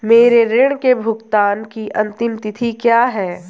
मेरे ऋण के भुगतान की अंतिम तिथि क्या है?